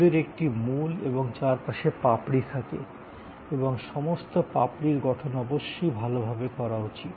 ফুলের একটি মূল এবং চারপাশে পাপড়ি থাকে এবং সমস্ত পাপড়ির গঠন অবশ্যই ভালভাবে করা উচিত